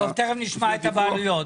תכף נשמע את הבעלויות.